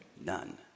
None